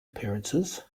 appearances